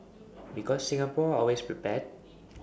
because Singapore are always prepared